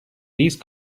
these